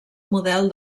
model